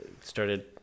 started